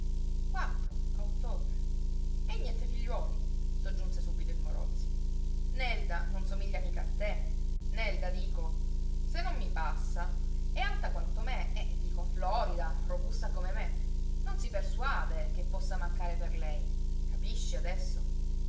quattro a ottobre e niente figliuoli soggiunse subito il morozzi nelda non somiglia mica a te nelda dico se non mi passa è alta quanto me e dico florida robusta come me non si persuade che possa mancare per lei capisci adesso